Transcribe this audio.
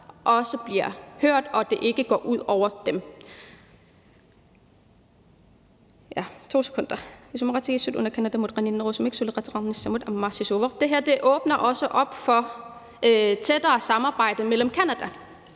også bliver hørt, og at det ikke går ud over dem.